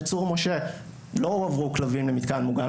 בצור משה לא הועברו כלבים למתקן מוגן,